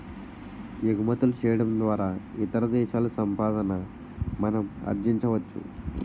ఎగుమతులు చేయడం ద్వారా ఇతర దేశాల సంపాదన మనం ఆర్జించవచ్చు